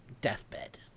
Deathbed